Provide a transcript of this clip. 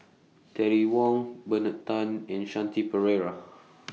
Terry Wong Bernard Tan and Shanti Pereira